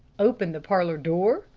open the parlor door?